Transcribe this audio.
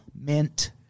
Mint